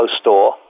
store